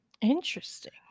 Interesting